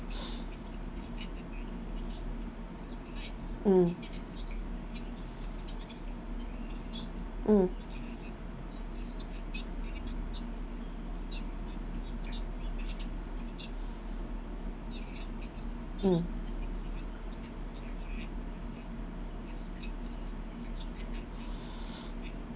mm mm mm